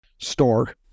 Store